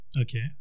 Okay